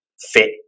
fit